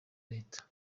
leta